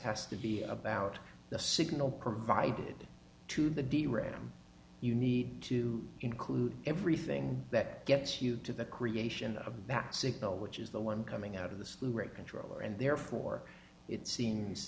to be about the signal provided to the dram you need to include everything that gets you to the creation of that signal which is the one coming out of the slew rate controller and therefore it seems